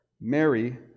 Mary